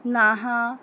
Naha